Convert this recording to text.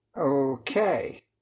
Okay